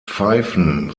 pfeifen